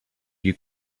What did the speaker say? you